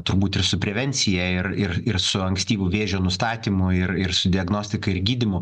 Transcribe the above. turbūt ir su prevencija ir ir ir su ankstyvu vėžio nustatymu ir ir su diagnostika ir gydymu